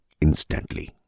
instantly